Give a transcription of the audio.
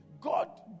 God